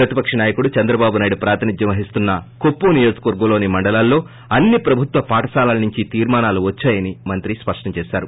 ప్రతిపక్ష నాయకుడు చంద్రబాబు ప్రాతినిధ్యం వహిస్తున్న కుప్పం నియోజకకవర్గంలోని మండలాల్లో అన్ని ప్రభుత్వ పాఠశాలల నుంచి ేతీర్మానాలు వచ్చాయని స్పష్టం చేశారు